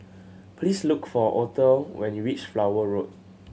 please look for Othel when you reach Flower Road